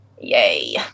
Yay